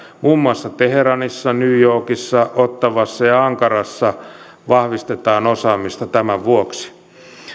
muun muassa teheranissa new yorkissa ottawassa ja ankarassa vahvistetaan osaamista tämän vuoksi